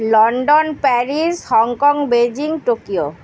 London Paris Hong Kong Beijing Tokyo